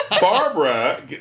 Barbara